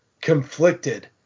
conflicted